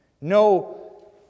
No